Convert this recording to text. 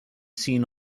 seen